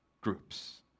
groups